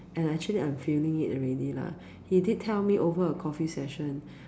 and actually I'm feeling already lah he did tell me over a coffee session